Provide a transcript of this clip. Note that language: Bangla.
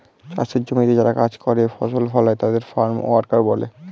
চাষের জমিতে যারা কাজ করে, ফসল ফলায় তাদের ফার্ম ওয়ার্কার বলে